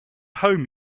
home